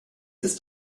ist